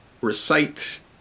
Recite